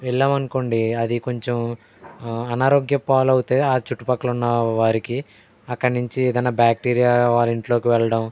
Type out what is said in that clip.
వెళ్ళాం అనుకోండి అది కొంచెం అనారోగ్యపాలు అవుతే ఆ చుట్టుపక్కల ఉన్న వారికి అక్కడి నుంచి ఏదైనా బ్యాక్టీరియా వాళ్ళ ఇంటిలోకి వెళ్ళడం